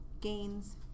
gains